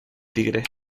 tigre